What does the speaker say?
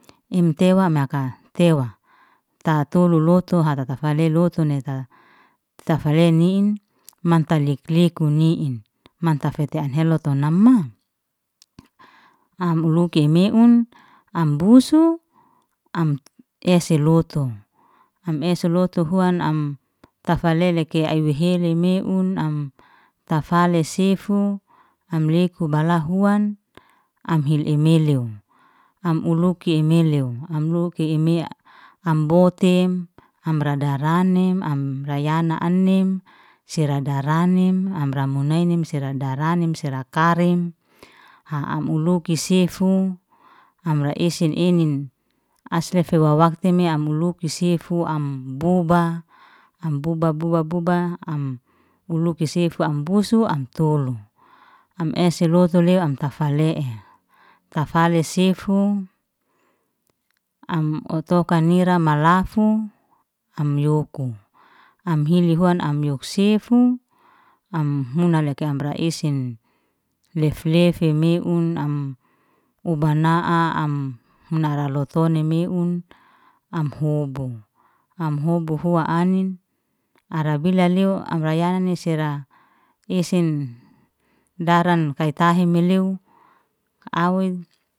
Im tewa maka tewa ta tolu lotu ara tafale lotu ne ta tafale ni'in mantaf lek- leku ni'in mantaf fete lotu nama, am uluki i meun am busu am ese lotu, am ese lotu huan am tafale leke ai mehile meun, am tafale sifu am leku balahuan am hil emeleo, am uluki emeleo amluki mea am botem am radaranim amra yana anin, se radaranim amra munaininem se radaranim sera karim, ai am uliki sefu amra ese enin asefe wawakte mea am huluki sefu am buba, am buba buba buba am huluki sefu am busu am tolu. Am ese lotu lew am tafale'e, tafale sefu am otokam nira malafu, am yoku m hili huan am yuk sifu, am huna huna leke amra esen, lef- lefi meun am ubana'a am huna ra lotune meun, am hub, am hubu hua anin, ara bilya lew amra yanani sera isin daran kaitahe meleo awoi.